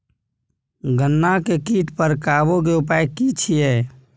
गन्ना के कीट पर काबू के उपाय की छिये?